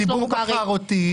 הציבור בחר אותי.